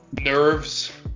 nerves